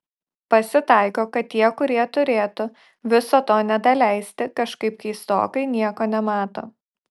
pasitaiko kad tie kurie turėtų viso to nedaleisti kažkaip keistokai nieko nemato